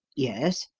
yes.